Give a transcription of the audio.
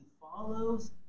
follows